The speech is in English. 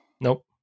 Nope